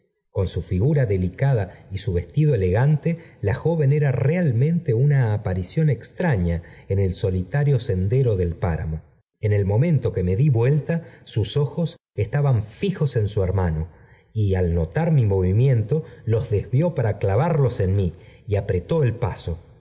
con su figura delicada y su vestido elegante la joven era realmente una aparición extraña en ej solitario sendero del paramo en el momento que me di vuelta sub ojos estaban fijos en su hermano y al notar mi movimiento los desvió para clavarlos en mí y apretó el paso